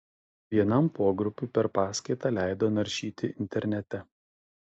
vienam pogrupiui per paskaitą leido naršyti internete